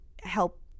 help